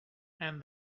and